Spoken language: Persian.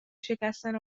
شکستن